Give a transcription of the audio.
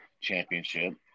championship